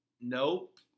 Nope